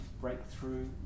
breakthrough